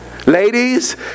Ladies